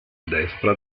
destra